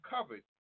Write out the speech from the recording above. covered